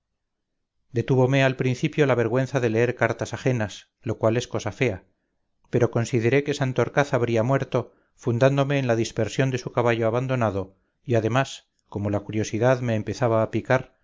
detúvome al principio la vergüenza de leer cartas ajenas lo cual es cosa fea pero consideré que santorcaz habría muerto fundándome en la dispersión de su caballo abandonado y además como la curiosidad me empezaba a picar